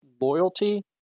loyalty